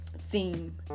theme